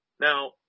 Now